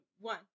one